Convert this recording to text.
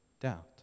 doubt